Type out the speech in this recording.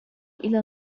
إلى